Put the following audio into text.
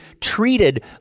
treated